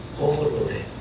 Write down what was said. Overloaded